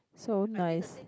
so nice